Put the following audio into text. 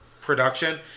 production